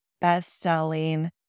best-selling